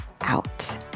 out